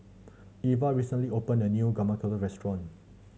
Iva recently opened a new Guacamole Restaurant